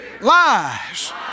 lies